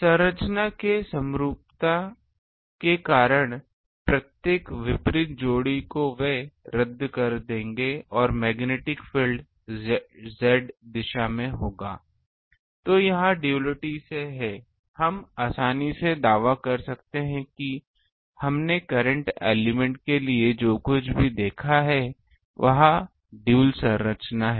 संरचना के समरूपता के कारण प्रत्येक विपरीत जोड़ी को वे रद्द कर देंगे और मैग्नेटिक फील्ड Z दिशा में होगा तो यह डुअलिटी से है हम आसानी से दावा कर सकते हैं कि हमने करंट एलिमेंट के लिए जो कुछ भी देखा है वह एक ड्यूल संरचना है